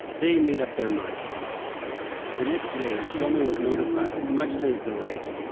they made up their minds the next day, shlomo was notified, much to his delight,